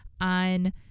on